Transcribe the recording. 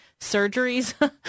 surgeries